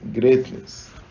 greatness